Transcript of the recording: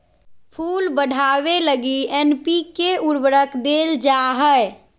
फूल बढ़ावे लगी एन.पी.के उर्वरक देल जा हइ